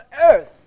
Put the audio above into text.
earth